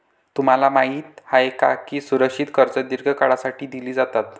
तुम्हाला माहित आहे का की सुरक्षित कर्जे दीर्घ काळासाठी दिली जातात?